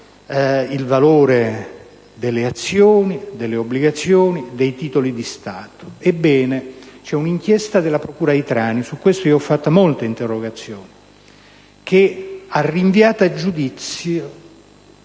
il valore delle azioni, delle obbligazioni e dei titoli di Stato. Ebbene, c'è una inchiesta della procura di Trani, e al riguardo ho presentato molte interrogazioni, che ha rinviato a giudizio